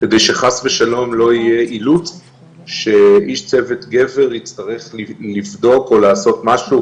כדי שחס ושלום לא יהיה אילוץ שאיש צוות גבר יצטרך לבדוק או לעשות משהו,